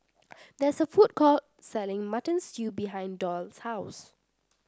there is a food court selling Mutton Stew behind Doyle's house